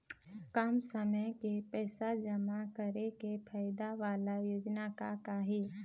कम समय के पैसे जमा करे के फायदा वाला योजना का का हे?